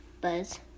buzz